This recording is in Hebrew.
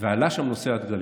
ועלה נושא הדגלים.